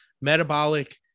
metabolic